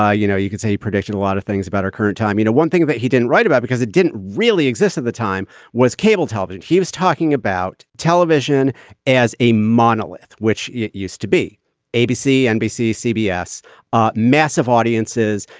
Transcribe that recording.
ah you know you could say prediction a lot of things about our current time you know one thing that he didn't write about because it didn't really exist at the time was cable television. he was talking about television as a monolith which it used to be abc nbc cbs ah massive audiences.